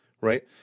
Right